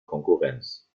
konkurrenz